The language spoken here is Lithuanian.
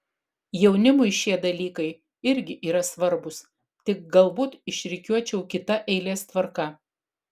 jaunimui šie dalykai irgi yra svarbūs tik galbūt išrikiuočiau kita eilės tvarka